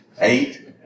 eight